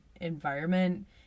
environment